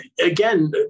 again